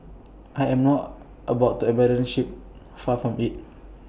I am not about to abandon ship far from IT